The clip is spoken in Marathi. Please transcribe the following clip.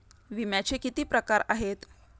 विम्याचे किती प्रकार आहेत?